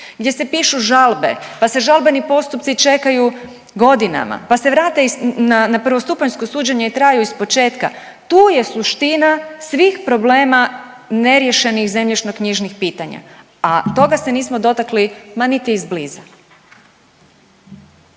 gdje se pišu žalbe, pa se žalbeni postupci čekaju godinama, pa se vrate na prvostupanjsko suđenje i traju ispočetka. Tu je suština svih problema neriješenih zemljišno-knjižnih pitanja. A toga se nismo dotakli ma niti izbliza.